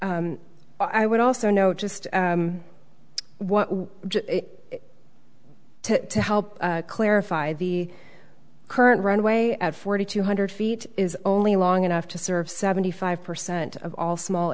i would also note just what to help clarify the current runway at forty two hundred feet is only long enough to serve seventy five percent of all small